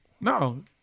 no